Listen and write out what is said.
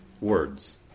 words